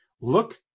Look